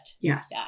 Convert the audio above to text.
Yes